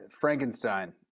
Frankenstein